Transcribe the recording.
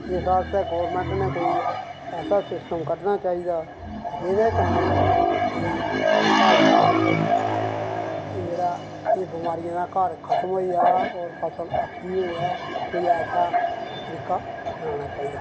इस आस्तै गौरमैंट नै कोई ऐसा सिस्टम कड्ढना चाहिदा जेह्दे कन्नै की साढ़ा एह् जेह्ड़ा बमारियें दा घर खत्म होई जा ते फसल अच्छी होऐ ते कोई ऐसा तरीका होना चाहिदा